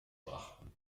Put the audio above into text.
brachten